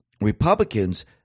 Republicans